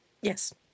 Yes